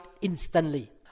instantly